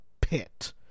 pit